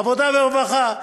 עבודה ורווחה.